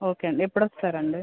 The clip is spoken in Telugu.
ఓకే అండి ఎప్పుడొస్తారండి